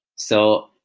so,